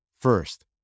First